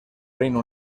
reino